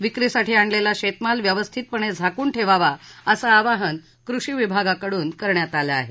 विक्रीसाठी आणलेला शेतमाल व्यवस्थितपणे झाकून ठेवावा असं आवाहन कृषी विभागाकडून करण्यात आले आहे